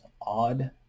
odd